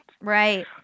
Right